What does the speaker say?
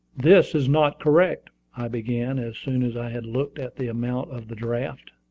this is not correct, i began, as soon as i had looked at the amount of the draft.